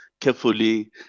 carefully